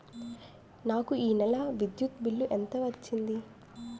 నాకు ఈ నెల విద్యుత్ బిల్లు ఎంత వచ్చింది?